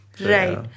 Right